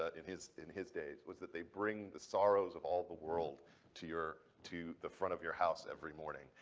ah in his in his day, was that they bring the sorrows of all the world to your to the front of your house every morning,